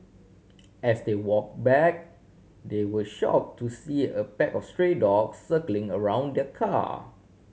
as they walk back they were shock to see a pack of stray dogs circling around their car